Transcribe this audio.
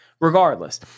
Regardless